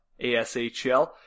ASHL